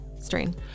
strain